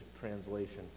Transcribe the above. translation